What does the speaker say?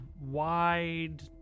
wide